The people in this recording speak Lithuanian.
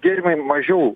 gėrimai mažiau